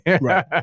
right